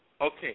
Okay